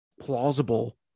plausible